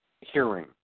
hearing